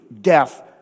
death